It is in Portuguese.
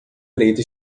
preta